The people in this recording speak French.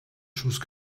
chose